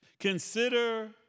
Consider